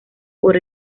por